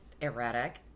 Erratic